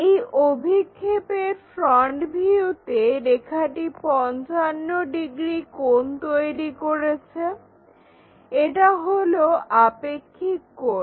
এই অভিক্ষেপের ফ্রন্ট ভিউতে রেখাটি 55 ডিগ্রী কোণ তৈরি করেছে এটি হলো আপেক্ষিক কোণ